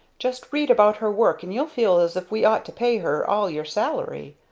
just read about her work, and you'll feel as if we ought to pay her all your salary.